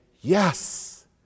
yes